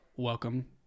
Welcome